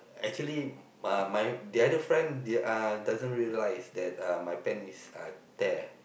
actually uh my the other friend the uh doesn't realize that uh my pants is uh tear